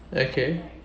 okay